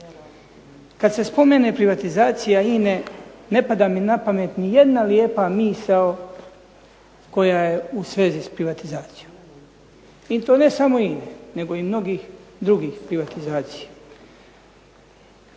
Kad se spomene privatizacija INA-e ne pada mi na pamet nijedna lijepa misao koja je u svezi s privatizacijom. I to ne samo INA-e nego i mnogih drugih privatizacija.